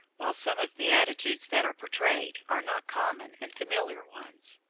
while some of the attitudes that are portrayed are not common and familiar ones.